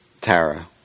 Tara